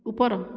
ଉପର